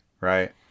right